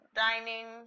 dining